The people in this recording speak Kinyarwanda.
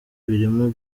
birimo